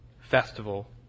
festival